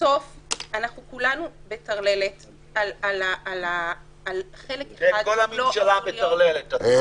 אנחנו כולנו בטרללת על חלק אחד ------ כל הממשלה המטורללת הזאת.